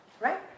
Right